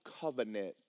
covenant